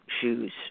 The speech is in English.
shoes